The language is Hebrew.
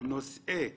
נושאי